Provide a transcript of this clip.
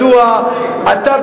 אם אין נציב, אין חוק.